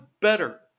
better